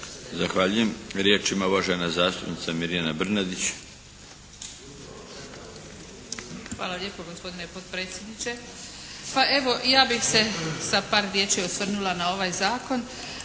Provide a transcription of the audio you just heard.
Zahvaljujem. Riječ ima uvažena zastupnica Mirjana Brnadić. **Brnadić, Mirjana (HDZ)** Hvala lijepo gospodine potpredsjedniče. Pa evo ja bih se sa par riječi osvrnula na ovaj zakon